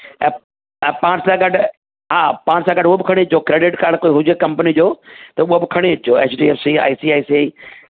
ऐं ऐं पाण सां गॾु हा पाण सां गॾु उहो बि खणी अचो क्रेडिट काड कोई हुजे त कंपनी जो त उहा बि खणी अचो HDFC I C I C I